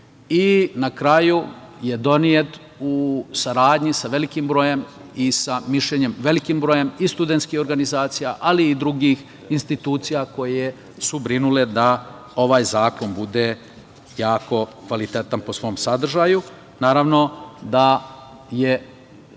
i na kraju je donet u saradnji sa velikim brojem i sa mišljenjem velikog broja i studentskih organizacija, ali i drugih institucija koje su brinule da ovaj zakon bude jako kvalitetan po svom sadržaju. Naravno da je